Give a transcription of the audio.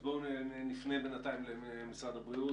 אז בואו נפנה בינתיים למשרד הבריאות.